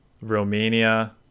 Romania